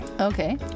okay